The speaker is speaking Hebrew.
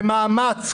במאמץ,